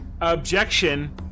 Objection